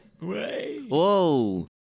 Whoa